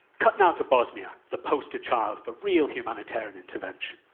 cut now to bosnia, the poster child for real humanitarian intervention.